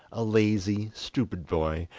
a lazy, stupid boy,